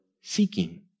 seeking